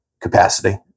capacity